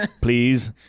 Please